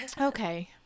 okay